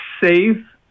safe